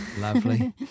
lovely